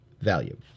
value